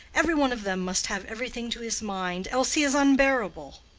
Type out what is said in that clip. every one of them must have everything to his mind, else he is unbearable.